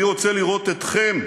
אני רוצה לראות אתכם,